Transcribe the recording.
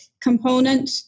component